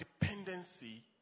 dependency